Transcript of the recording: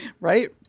Right